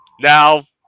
Now